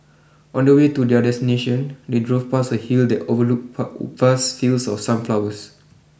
on the way to their destination they drove past a hill that overlooked vast fields of sunflowers